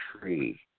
tree